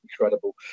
Incredible